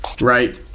right